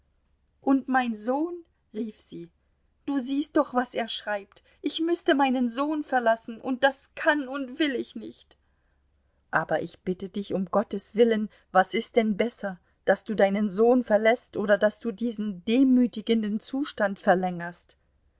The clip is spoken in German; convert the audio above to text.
und mein sohn rief sie du siehst doch was er schreibt ich müßte meinen sohn verlassen und das kann und will ich nicht aber ich bitte dich um gottes willen was ist denn besser daß du deinen sohn verläßt oder daß du diesen demütigenden zustand verlängerst